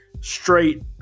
straight